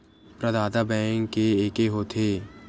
प्रदाता बैंक के एके होथे?